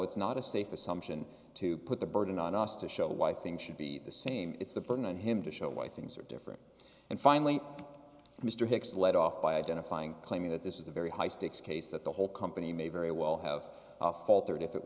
it's not a safe assumption to put the burden on us to show why things should be the same it's the burden on him to show why things are different and finally mr hicks let off by identifying claiming that this is a very high stakes case that the whole company may very well have faltered if it